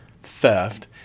theft